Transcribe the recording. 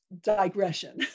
digression